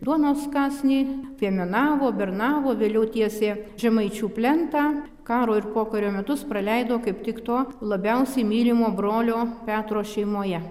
duonos kąsnį piemenavo bernavo vėliau tiesė žemaičių plentą karo ir pokario metus praleido kaip tik to labiausiai mylimo brolio petro šeimoje